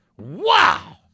Wow